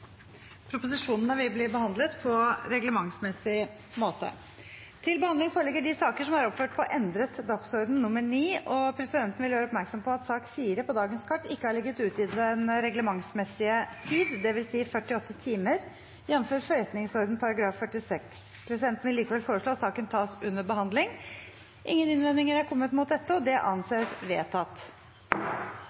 Presidenten vil gjøre oppmerksom på at sak nr. 4 på dagens kart ikke har ligget ute i den reglementsmessige tid, dvs. 48 timer, jf. forretningsordenens § 46. Presidenten vil likevel foreslå at saken tas under behandling. – Ingen innvendinger har kommet mot dette, og det anses vedtatt.